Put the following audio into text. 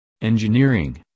Engineering